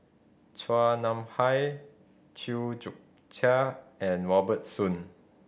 Chua Nam Hai Chew Joo Chiat and Robert Soon